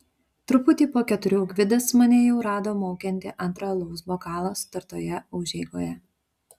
truputį po keturių gvidas mane jau rado maukiantį antrą alaus bokalą sutartoje užeigoje